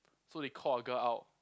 so they call a girl out